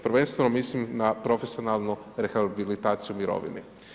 Prvenstveno mislim na profesionalnu rehabilitaciju u mirovini.